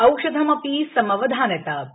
औषधं अपि समवधानता अपि